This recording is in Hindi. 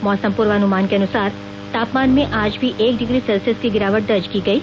मौसम पूर्वानुमान के अनुसार तापमान में आज भी एक डिग्री सेल्सियस की गिरावट दर्ज की गयी